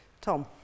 Tom